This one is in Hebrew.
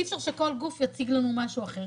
אי אפשר שכל גוף יציג לנו משהו אחר,